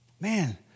Man